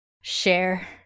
share